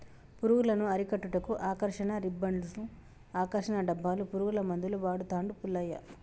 పురుగులను అరికట్టుటకు ఆకర్షణ రిబ్బన్డ్స్ను, ఆకర్షణ డబ్బాలు, పురుగుల మందులు వాడుతాండు పుల్లయ్య